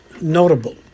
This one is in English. notable